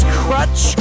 crutch